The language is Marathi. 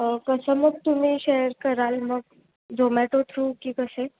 कसं मग तुम्ही शेअर कराल मग झोमॅटो थ्रू की कसे